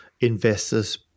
investors